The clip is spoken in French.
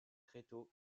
tréteaux